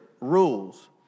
rules